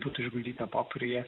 būtų išguldyta popieriuje